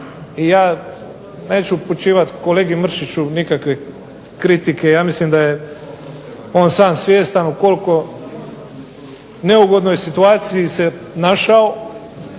I ja neću upućivat kolegi Mršiću nikakve kritike, ja mislim da je on sam svjestan u koliko neugodnoj situaciji se našao